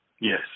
Yes